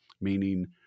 Meaning